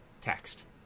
text